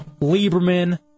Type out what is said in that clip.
Lieberman